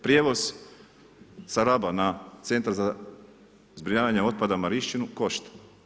Prijevoz sa Raba na centar za zbrinjavanje otpada Marinšćinu košta.